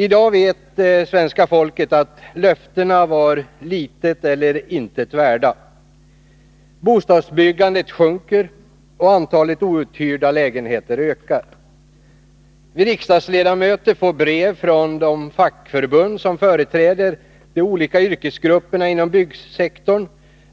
I dag vet svenska folket att löftena var litet eller intet värda. Bostadsbyggandet sjunker och antalet outhyrda lägenheter ökar. Vi riksdagsledamöter får brev från de fackförbund som företräder de olika yrkesgrupperna inom byggsektorn,